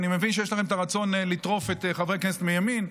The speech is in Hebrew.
אני מבין שיש לכם את הרצון לטרוף חבר כנסת מימין,